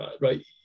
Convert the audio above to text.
right